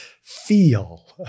feel